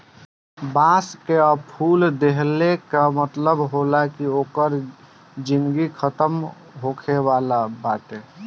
बांस कअ फूल देहले कअ मतलब होला कि ओकर जिनगी खतम होखे वाला बाटे